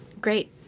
Great